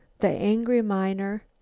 the angry miner,